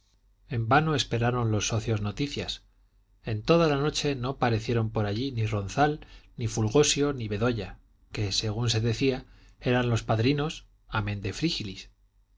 en vano esperaron los socios noticias en toda la noche no parecieron por allí ni ronzal ni fulgosio ni bedoya que según se decía eran los padrinos amén de frígilis